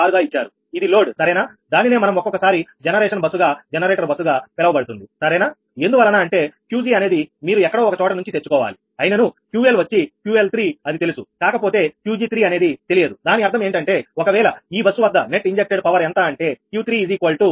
6 గా ఇచ్చారు ఇది లోడ్ సరేనా దానినే మనం ఒక్కొక్కసారి జనరేషన్ బస్సు గా జనరేటర్ బస్సు గా పిలవబడుతుంది సరేనా ఎందువలన అంటే 𝑄𝑔 అనేది మీరు ఎక్కడో ఒక చోట నుంచి తెచ్చుకోవాలి అయినను 𝑄𝐿 వచ్చి 𝑄𝐿3 అది తెలుసు కాకపోతే 𝑄𝑔3 అనేది తెలియదు దాని అర్థం ఏమిటంటే ఒకవేళ ఈ బస్సు వద్ద నెట్ ఇంజెక్ట్ డ్ పవర్ ఎంత అంటే 𝑄3 𝑄𝑔3 మీ 0